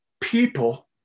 people